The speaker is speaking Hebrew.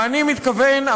ואני מתכוון,